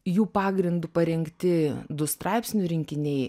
jų pagrindu parengti du straipsnių rinkiniai